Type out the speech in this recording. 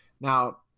Now